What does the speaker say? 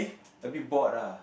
a bit bored lah